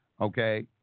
okay